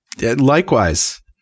Likewise